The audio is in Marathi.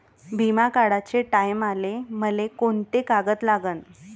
बिमा काढाचे टायमाले मले कोंते कागद लागन?